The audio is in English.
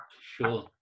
sure